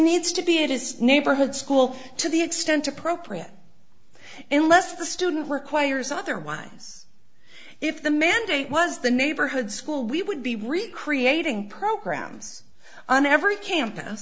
needs to be it is neighborhood school to the extent appropriate unless the student requires otherwise if the mandate was the neighborhood school we would be really creating programs on every camp